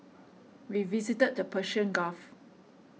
we visited the Persian Gulf